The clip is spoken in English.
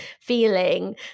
feeling